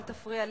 אל תפריע לי,